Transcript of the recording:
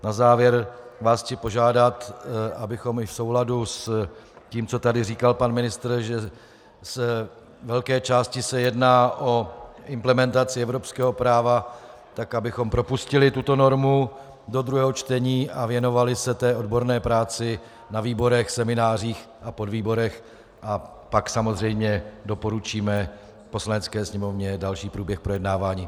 Na závěr vás chci požádat, abychom i v souladu s tím, co tady říkal pan ministr, že z velké části se jedná o implementaci evropského práva, propustili tuto normu do druhého čtení a věnovali se odborné práci na výborech, seminářích a podvýborech, a pak samozřejmě doporučíme Poslanecké sněmovně další průběh projednávání.